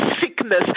sickness